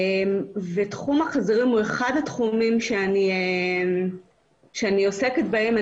תחום החזירים הוא אחד התחומים שאני עוסקת בהם.